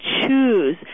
choose